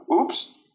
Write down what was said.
Oops